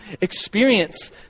experience